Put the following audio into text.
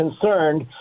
concerned